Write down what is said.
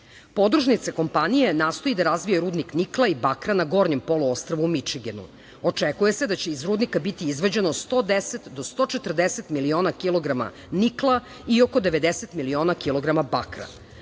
Podružnica kompanije nastoji da razvijen rudnik nikla i bakra na gornjem poluostrvu u Mičigenu. Očekuje se da će iz rudnika biti izvađeno 110 do 140 miliona kilograma nikla i oko 90 miliona kilograma bakra.